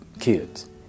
kids